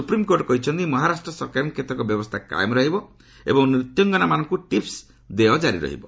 supreme court କହିଛନ୍ତି ମହାରାଷ୍ଟ୍ର ସରକାରଙ୍କର କେତେକ ବ୍ୟବସ୍ଥା କାୟମ୍ ରହିବ ଏବଂ ନୂତ୍ୟଙ୍ଗନାମାନଙ୍କୁ ଟିସ୍କ ଦେୟ ଜାରି ରହିବ